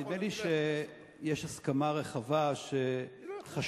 נדמה לי שיש הסכמה רחבה שחשמל,